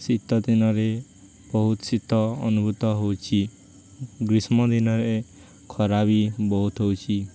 ଶୀତ ଦିନରେ ବହୁତ ଶୀତ ଅନୁଭୂତ ହେଉଛି ଗ୍ରୀଷ୍ମ ଦିନରେ ଖରା ବି ବହୁତ ହେଉଛି